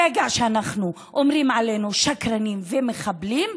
ברגע שאומרים עלינו: שקרנים ומחבלים,